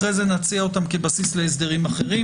אחרי זה נציע אותם כבסיס להסדרים אחרים.